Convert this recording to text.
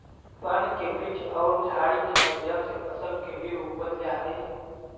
वन के वृक्ष औउर झाड़ि के मध्य से फसल के भी उगवल जा हई